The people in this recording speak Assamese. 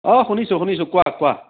অ শুনিছোঁ শুনিছোঁ কোৱা কোৱা